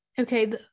Okay